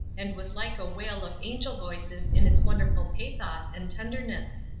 and was like a wail of angel voices in its wonderful pathos and tenderness.